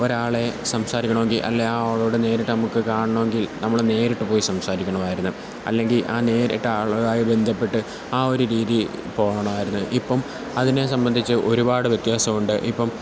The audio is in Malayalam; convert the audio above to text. ഒരാളെ സംസാരിക്കണമെങ്കില് അല്ലേ ആ ആളോട് നേരിട്ടു നമുക്കു കാണണമെങ്കിൽ നമ്മള് നേരിട്ട്പോയി സംസാരിക്കണമായിരുന്നു അല്ലെങ്കില് ആ നേരിട്ട് ആളുമായി ബന്ധപ്പെട്ട് ആവൊരു രീതീപ്പോവണായിരുന്നു ഇപ്പോള് അതിനെ സംബന്ധിച്ച് ഒരുവാട് വ്യത്യാസമുണ്ട് ഇപ്പോള്